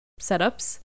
setups